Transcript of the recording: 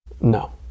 No